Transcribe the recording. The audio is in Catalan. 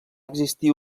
existir